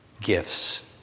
gifts